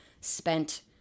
spent